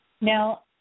Now